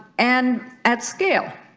and at scale